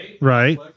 Right